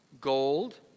gold